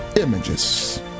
images